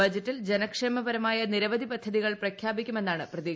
ബജറ്റിൽ ജനക്ഷേമപരമായ നിരവധി പദ്ധതികൾ പ്രഖ്യാപിക്കുമെന്ന് കരുതുന്നു